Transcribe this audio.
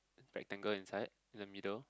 rectangle inside in the middle